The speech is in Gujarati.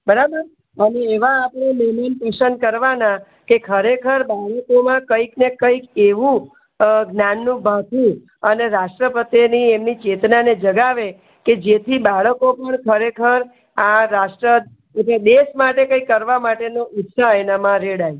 બરાબર અને એવા આપણે મહેમાન પસંદ કરવાના કે ખરેખર બાળકોમાં કંઈક ને કંઈક કંઈક એવું જ્ઞાનનું ભાથું અને રાષ્ટ્ર પ્રત્યેની એમની ચેતનાને જગાવે કે જેથી બાળકો પર ખરેખર આ રાષ્ટ્ર દેશ માટે કંઈક કરવા માટેનો ઉત્સાહ એનામાં રેડાય